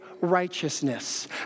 righteousness